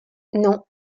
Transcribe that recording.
non